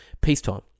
peacetime